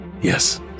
Yes